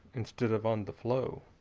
instead of on the flow